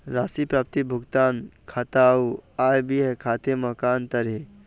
राशि प्राप्ति भुगतान खाता अऊ आय व्यय खाते म का अंतर हे?